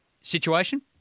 situation